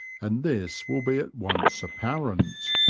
and this will be at once apparent.